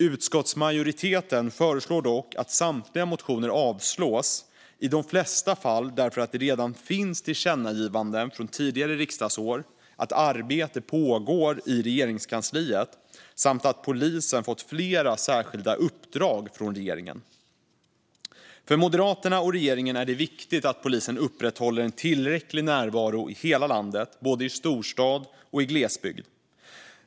Utskottsmajoriteten föreslår dock att samtliga motioner avslås, i de flesta fall därför att det redan finns tillkännagivanden från tidigare riksdagsår, därför att arbete pågår i Regeringskansliet samt därför att polisen fått flera särskilda uppdrag från regeringen. För Moderaterna och regeringen är det viktigt att polisen upprätthåller tillräcklig närvaro i hela landet, både i storstad och i glesbygd.